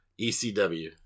ECW